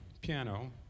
piano